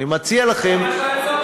ממש לא היה צורך.